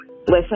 listen